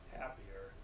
happier